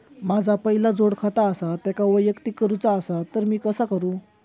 माझा पहिला जोडखाता आसा त्याका वैयक्तिक करूचा असा ता मी कसा करू?